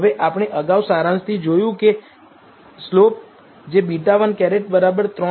હવે આપણે અગાઉ સારાંશથી જોયું હતું કે સ્લોપ જે β̂ 1 3